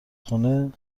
خونه